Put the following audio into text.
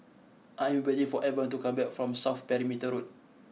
I am waiting for Avon to come back from South Perimeter Road